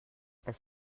elles